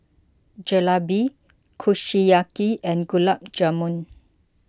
Jalebi Kushiyaki and Gulab Jamun